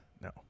No